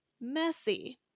Messy